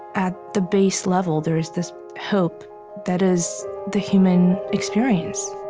at the base level, there is this hope that is the human experience